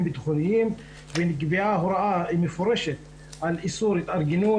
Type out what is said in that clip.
ביטחוניים ונקבעה הוראה מפורשת על איסור התארגנות.